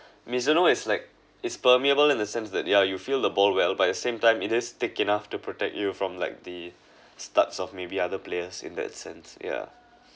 Mizuno is like it's permeable in the sense that yeah you feel the ball well but the same time it is thick enough to protect you from like the stamps of maybe other players in that sense yeah